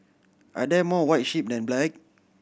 are there more white sheep than black